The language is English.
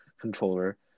controller